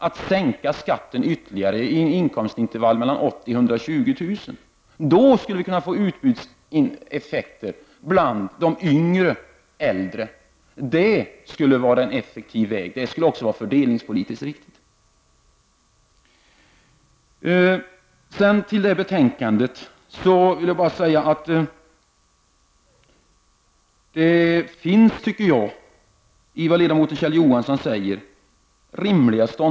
Om man sänker skatten ytterligare i inkomstintervallerna mellan 80 000 och 120 000 kr., skulle vi kunna få utbudseffekter bland de ”yngre äldre”. Det skulle vara en effektiv väg och skulle också vara fördelningspolitiskt riktigt. Vad gäller utskottets betänkande vill jag bara säga att de ståndpunkter som ledamoten Kjell Johansson intar är rimliga.